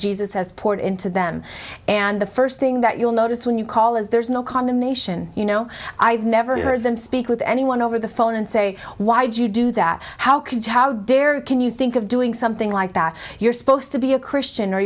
jesus has poured into them and the first thing that you'll notice when you call is there is no condemnation you know i've never heard them speak with anyone over the phone and say why did you do that how could how dare can you think of doing something like that you're supposed to be a christian or